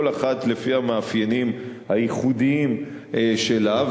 כל אחד לפי המאפיינים הייחודיים שלו,